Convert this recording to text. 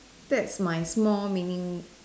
that's my small meaning